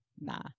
nah